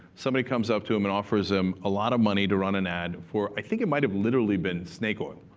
somebody comes up to him and offers him a lot of money to run an ad for, i think it might have literally been snake oil.